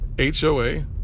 HOA